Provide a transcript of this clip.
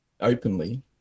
openly